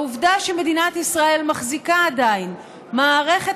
העובדה שמדינת ישראל עדיין מחזיקה מערכת